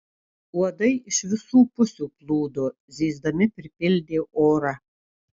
uodai iš visų pusių plūdo zyzdami pripildė orą